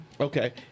Okay